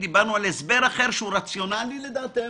דיברנו על הסבר אחר שהוא רציונאלי לדעתנו.